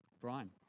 Brian